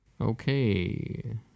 okay